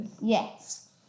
Yes